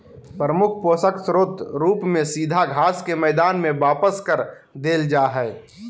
प्रमुख पोषक स्रोत रूप में सीधा घास के मैदान में वापस कर देल जा हइ